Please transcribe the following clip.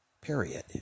Period